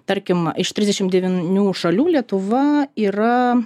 tarkim iš trisdešimt devynių šalių lietuva yra